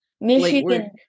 Michigan